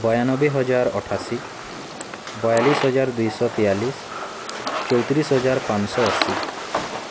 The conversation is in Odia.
ଵାୟନବେ ହଜାର ଅଠାଅଶୀ ବୟାଳିଶ ହଜାର ଦୁଇଶ ତେୟାଳିଶି ଚଉତିରିଶି ହଜାର ପାଞ୍ଚଶହ ଅଶୀ